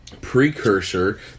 precursor